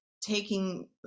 taking